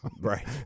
Right